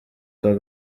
kwa